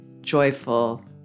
joyful